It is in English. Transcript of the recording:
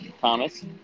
Thomas